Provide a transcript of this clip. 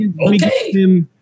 okay